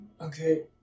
Okay